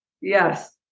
Yes